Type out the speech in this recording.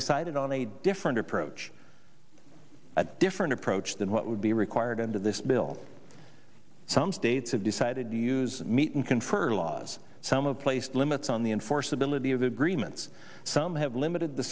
decided on a different approach a different approach than what would be required under this bill some states have decided to use meat and confer laws some of place limits on the enforceability agreements some have limited the